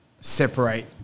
separate